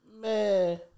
man